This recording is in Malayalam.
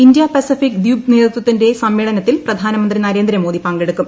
ഇന്ത്യ പസഫിക് ദ്വീപ് നേതൃത്വത്തിന്റെ സമ്മേളനത്തിൽ പ്രധാനമന്ത്രി നരേന്ദ്രമോദി പങ്കെടുക്കും